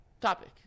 topic